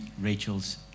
Rachel's